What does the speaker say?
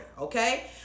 okay